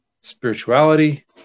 spirituality